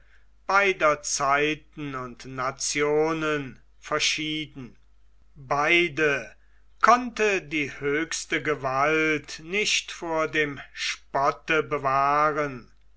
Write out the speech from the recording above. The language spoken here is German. beider zeiten und nationen verschieden beide konnte die höchste gewalt nicht vor dem spotte bewahren